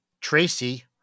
Tracy